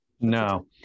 No